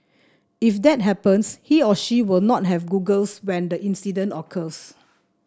if that happens he or she will not have goggles when the incident occurs